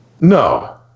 No